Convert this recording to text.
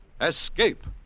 Escape